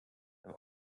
beim